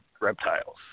Reptiles